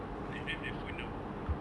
like left with their phone number